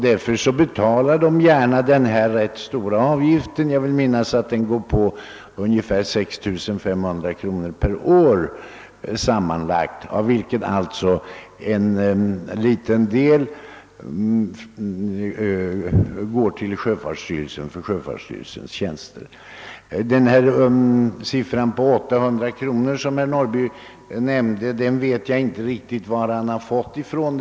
Därför betalar de gärna den här rätt stora avgiften. Jag vill minnas att det rör sig om sammanlagt ungefär 6 500 kronor per år, av vilket belopp alltså en ringa del går till sjöfartsstyrelsen för dess tjänster. Jag vet inte riktigt varifrån herr Norrby fått den siffra på 800 kronor som han nämnde.